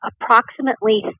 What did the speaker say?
approximately